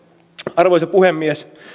arvoisa puhemies